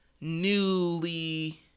newly